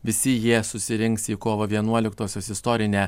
visi jie susirinks į kovo vienuoliktosios istorinę